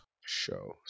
show